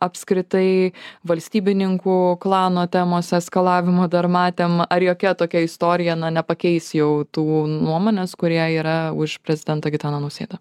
apskritai valstybininkų klano temos eskalavimo dar matėm ar jokia tokia istorija nepakeis jau tų nuomonės kurie yra už prezidentą gitaną nausėdą